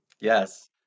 Yes